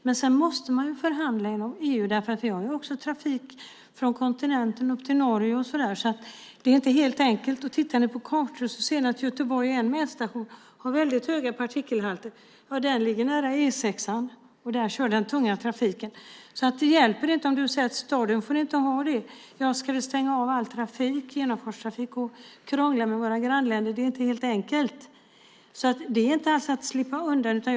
Men sedan måste man ju förhandla inom EU därför att vi också har trafik från kontinenten upp till Norge. Det är inte helt enkelt. Tittar ni på kartor ser ni att Göteborg har en mätstation som har väldigt höga partikelhalter. Den ligger nära E 6:an, och där kör den tunga trafiken. Det hjälper inte om du säger att staden inte får ha dessa halter. Ska vi stänga av all genomfartstrafik och krångla med våra grannländer? Det är inte helt enkelt. Det är inte alls fråga om att slippa undan.